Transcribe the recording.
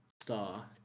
star